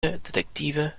detective